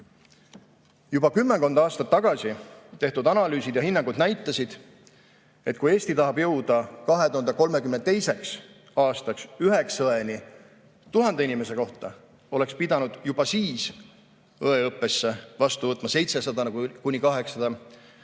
Juba kümmekond aastat tagasi tehtud analüüsid ja hinnangud näitasid, et kui Eesti tahab jõuda 2032. aastaks 9 õeni 1000 inimese kohta, oleks pidanud juba siis õeõppesse vastu võtma 700–800